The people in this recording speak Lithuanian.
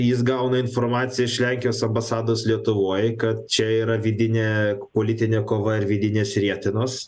jis gauna informaciją iš lenkijos ambasados lietuvoj kad čia yra vidinė politinė kova ir vidinės rietenos